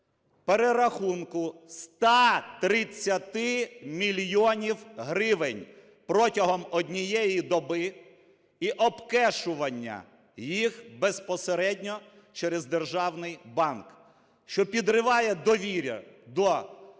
перерахунку 130 мільйонів гривень протягом однієї доби і окешування їх безпосередньо через державний банк, - що підриває довір'я до, на жаль,